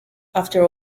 after